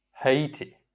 Haiti